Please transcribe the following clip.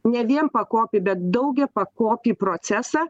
ne vienpakopį bet daugiapakopį procesą